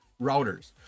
routers